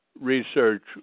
research